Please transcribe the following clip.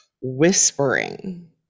whispering